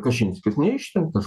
kačinskis neišrinktas